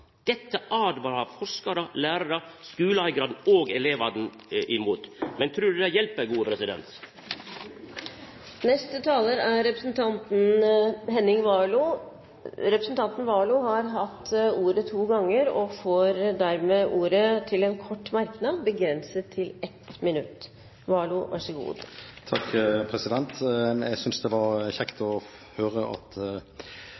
Dette åtvarar forskarar, lærarar, skuleeigarane og elevane mot. Men trur du det hjelper, gode president? Henning Warloe har hatt ordet to ganger og får ordet til en kort merknad, begrenset til 1 minutt. Jeg synes det var kjekt å høre at